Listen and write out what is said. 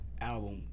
album